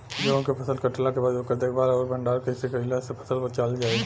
गेंहू के फसल कटला के बाद ओकर देखभाल आउर भंडारण कइसे कैला से फसल बाचल रही?